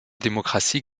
demokratie